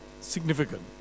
significant